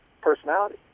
personality